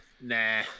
nah